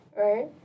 right